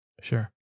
Sure